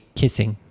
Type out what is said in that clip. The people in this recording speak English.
kissing